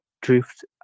drift